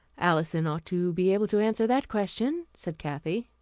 alison ought to be able to answer that question, said kathy.